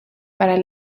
para